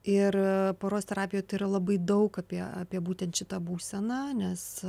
ir poros terapijoj yra labai daug apie apie būtent šitą būseną nes